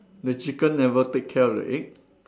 the chicken never take care of the egg